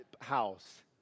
house